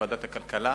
לוועדת הכלכלה,